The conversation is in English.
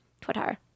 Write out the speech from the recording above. Twitter